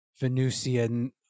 venusian